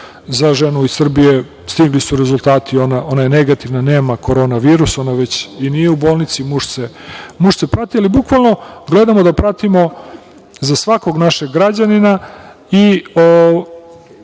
za ženu iz Srbije, stigli su rezultati, ona je negativna, nema korona virus, ona nije u bolnici. Muž se pati, ali bukvalno, gledamo da pratimo za svakog našeg građanina i ne